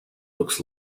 looks